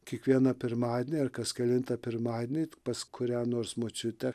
kiekvieną pirmadienį ar kas kelintą pirmadienį pas kurią nors močiutę